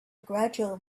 gradual